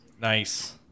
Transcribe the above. Nice